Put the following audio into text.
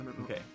Okay